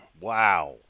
Wow